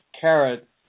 carrot